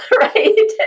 right